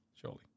surely